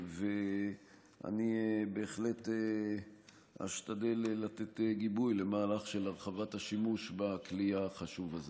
ואני בהחלט אשתדל לתת גיבוי למהלך של הרחבת השימוש בכלי החשוב הזה.